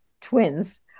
twins